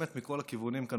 באמת מכל הכיוונים כאן,